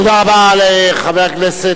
תודה רבה לחבר הכנסת,